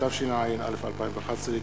התשע"א 2011,